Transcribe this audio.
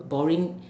boring